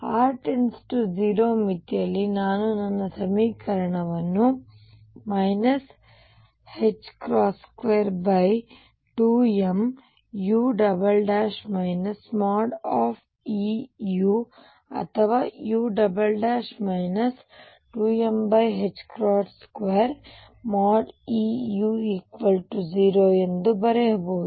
ಆದ್ದರಿಂದ r →∞ ಮಿತಿಯಲ್ಲಿ ನಾನು ನನ್ನ ಸಮೀಕರಣವನ್ನು 22mu Eu ಅಥವಾ u 2m2Eu0 ಎಂದು ಬರೆಯಬಹುದು